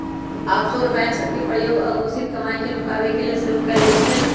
offshore bank सभ के प्रयोग अघोषित कमाई के नुकाबे के लेल सेहो कएल जाइ छइ